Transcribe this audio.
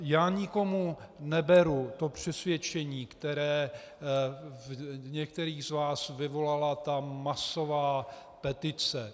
Já nikomu neberu přesvědčení, které v některých z vás vyvolala ta masová petice.